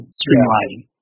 streamlining